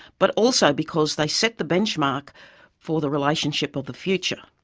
but also because they set the benchmark for the relationship of the future.